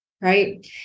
Right